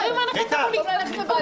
אני מעלה להצבעה